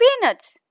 peanuts